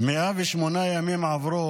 108 ימים עברו